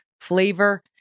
flavor